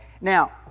Now